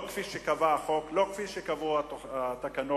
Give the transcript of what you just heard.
לא כפי שקבע החוק, לא כפי שקבעו התקנות.